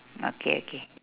okay okay